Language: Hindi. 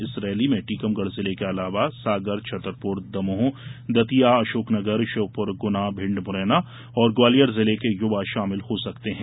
इस रैली में टीकमगढ जिले के अलावा सागर छतरपुर दमोह दतिया अशोक नगर श्योपुर गुना भिड मुरैना और ग्वालियर जिले के युवा शामिल हो सकते है